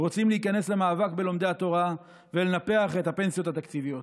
רוצים להיכנס למאבק בלומדי התורה ולנפח את הפנסיות התקציביות.